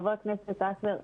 חבר הכנסת אייכלר,